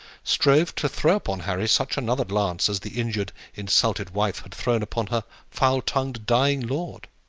strove to throw upon harry such another glance as the injured, insulted wife had thrown upon her foul-tongued, dying lord.